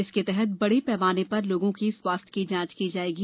इसके तहत बड़े पैमाने पर लोगों की स्वास्थ्य जांच की जाएगी